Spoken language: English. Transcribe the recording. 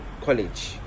college